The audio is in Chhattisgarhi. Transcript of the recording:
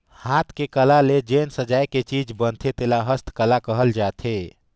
हाथ के कला ले जेन सजाए के चीज बनथे तेला हस्तकला कहल जाथे